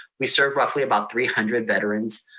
we serve roughly about three hundred veterans,